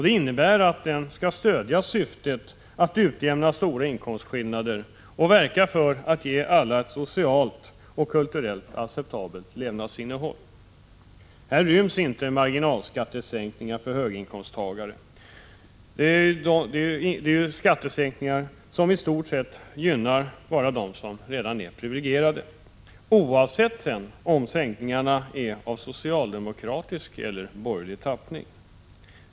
Det innebär att den skall stödja syftet att utjämna stora inkomstskillnader och verka för att ge alla ett socialt och kulturellt acceptabelt levnadsinnehåll. Här ryms inte marginalskattesänkningar för höginkomsttagare, som ju i stort sett bara gynnar de redan privilegierade, oavsett om sänkningarna är av socialdemokratisk eller borgerlig tappning.